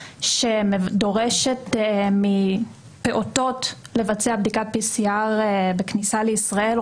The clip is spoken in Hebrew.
שדורשת מפעוטות לבצע בדיקת PCR בכניסה לישראל.